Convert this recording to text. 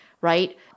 right